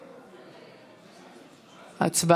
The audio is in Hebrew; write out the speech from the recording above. הצבעה.